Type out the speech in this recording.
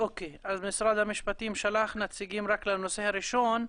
משרד המשפטים שלח נציגים רק לנושא הראשון.